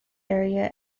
area